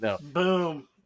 Boom